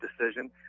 decision